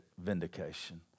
vindication